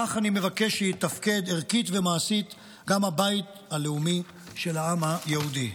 כך אני מבקש שיתפקד ערכית ומעשית גם הבית הלאומי של העם היהודי.